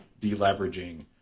deleveraging